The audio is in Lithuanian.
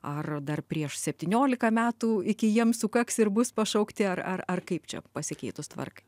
ar dar prieš septyniolika metų iki jiems sukaks ir bus pašaukti ar ar ar kaip čia pasikeitus tvarkai